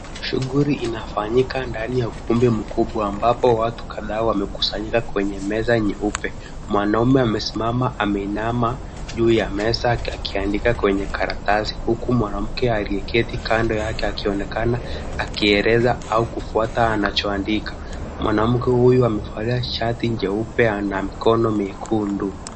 Shughuli inafanyika ndani ya ukumbi mkubwa ambapo watu kadha wanakusanyika kwenye meza nyeupe, mwanamume amesimama ameinama juu ya meza akiandika kwenye karatasi, huku mwanamke aliyeketi kando yake akionekana akieleza au kufuata anachoandika, mwanamke huyu amevalia shati jeupe na mikono miekundu.